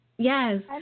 Yes